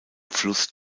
fluss